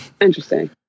Interesting